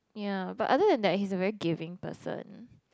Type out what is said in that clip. ya but other than that he's a very gaming person